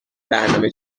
برنامه